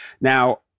Now